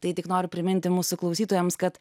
tai tik noriu priminti mūsų klausytojams kad